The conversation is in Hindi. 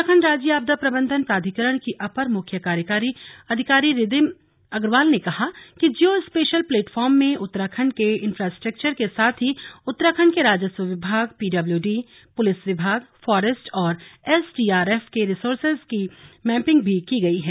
उत्तराखंड राज्य आपदा प्रबंधन प्राधिकरण की अपर मुख्य कार्यकारी अधिकारी रिदिम अग्रवाल ने कहा कि जिओ स्पेशल प्लेटफार्म में उत्तराखंड के इंफ़ासटेक्चर के साथ ही उत्तराखंड के राजस्व विभाग पीडब्ल्यूडी पुलिस विभाग फॉरेस्ट और एसडीआरएफ के रिसोर्सेज की मैपिंग भी की गई है